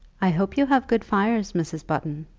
i hope you have good fires, mrs. button.